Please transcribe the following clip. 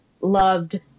loved